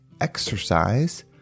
exercise